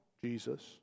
Jesus